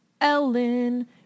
Ellen